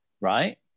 right